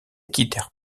quittèrent